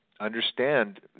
understand